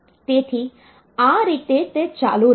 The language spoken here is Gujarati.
તેથી આ રીતે તે ચાલુ રહેશે